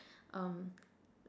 um